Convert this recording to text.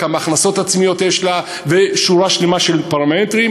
כמה הכנסות עצמיות יש לה ושורה שלמה של פרמטרים,